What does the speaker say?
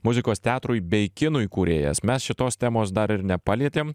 muzikos teatrui bei kinui kūrėjas mes šitos temos dar ir nepalietėm